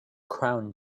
crown